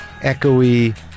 echoey